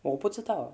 我不知道